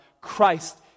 Christ